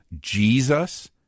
Jesus